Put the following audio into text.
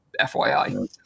FYI